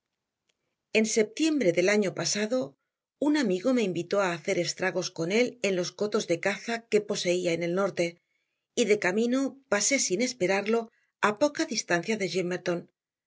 en septiembre del año pasado un amigo me invitó a hacer estragos con él en los cotos de caza que poseía en el norte y de camino pasé sin esperarlo a poca distancia de gimmerton el